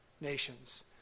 nations